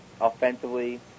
offensively